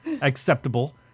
Acceptable